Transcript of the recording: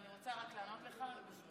אני רק רוצה לענות לך.